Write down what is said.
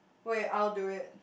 wait I'll do it